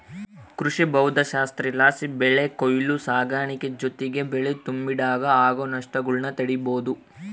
ಕೃಷಿಭೌದ್ದಶಾಸ್ತ್ರಲಾಸಿ ಬೆಳೆ ಕೊಯ್ಲು ಸಾಗಾಣಿಕೆ ಜೊತಿಗೆ ಬೆಳೆ ತುಂಬಿಡಾಗ ಆಗೋ ನಷ್ಟಗುಳ್ನ ತಡೀಬೋದು